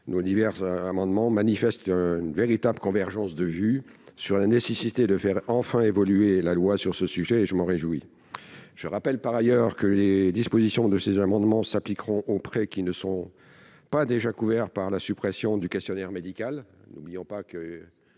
Ces amendements identiques témoignent d'une véritable convergence de vues sur la nécessité de faire enfin évoluer la loi sur ce sujet. Je m'en réjouis ! Je rappelle, par ailleurs, que les dispositions proposées s'appliqueront aux prêts qui ne sont pas déjà couverts par la suppression du questionnaire médical, cette suppression